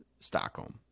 Stockholm